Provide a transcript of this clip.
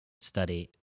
study